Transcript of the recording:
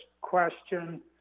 question